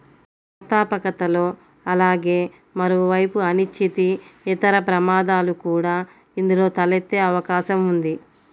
వ్యవస్థాపకతలో అలాగే మరోవైపు అనిశ్చితి, ఇతర ప్రమాదాలు కూడా ఇందులో తలెత్తే అవకాశం ఉంది